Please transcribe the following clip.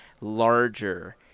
larger